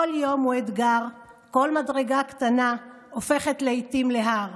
כל יום הוא אתגר, כל מדרגה קטנה הופכת לעיתים להר,